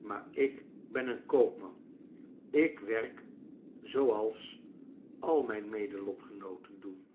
maar ik ben een koopman ik werk zooals al mijn mede lotgenooten doen